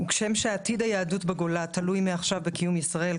"כשם שעתיד היהדות בגולה תלוי מעכשיו בקיום ישראל,